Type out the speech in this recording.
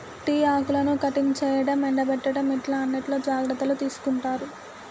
tea ఆకులను cutting చేయడం, ఎండపెట్టడం ఇట్లా అన్నిట్లో జాగ్రత్తలు తీసుకుంటారు